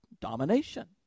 domination